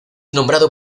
nombrado